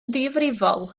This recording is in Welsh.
ddifrifol